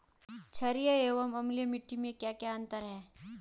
छारीय एवं अम्लीय मिट्टी में क्या क्या अंतर हैं?